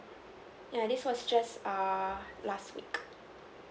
ya this was just err last week